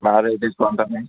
వారే తీసుకుంటే